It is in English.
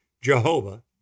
Jehovah